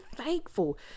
thankful